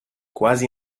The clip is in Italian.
quasi